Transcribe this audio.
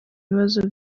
ibibazo